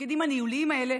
לתפקידים הניהוליים האלה,